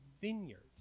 vineyard